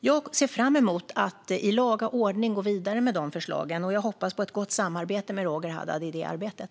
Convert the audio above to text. Jag ser fram emot att i laga ordning gå vidare med dessa förslag och hoppas på ett gott samarbete med Roger Haddad i det arbetet.